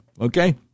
Okay